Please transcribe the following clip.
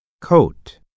coat